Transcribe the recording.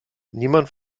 niemand